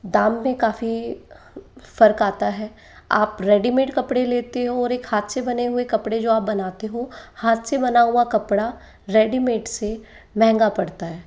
दाम में काफी फर्क आता है आप रेडीमेड कपड़े लेते हो और एक हाथ से बने हुए कपड़े जो आप बनाते हो हाथ से बना हुआ कपड़ा रेडीमेड से महँगा पड़ता है